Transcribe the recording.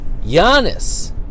Giannis